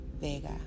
Vega